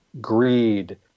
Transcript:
Greed